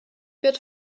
wird